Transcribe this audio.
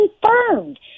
confirmed